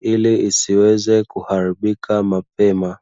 ili isiweze kuharibika mapema.